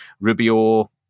rubio